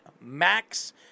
Max